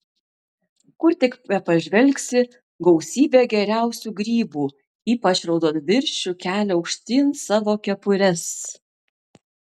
kur tik bepažvelgsi gausybė geriausių grybų ypač raudonviršių kelia aukštyn savo kepures